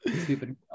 stupid